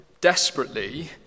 desperately